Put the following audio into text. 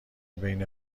بین